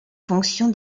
fonction